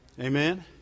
Amen